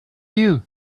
you